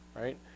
right